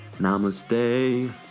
Namaste